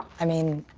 i mean,